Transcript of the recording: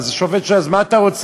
אז השופט שואל: אז מה אתה רוצה?